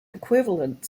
equivalent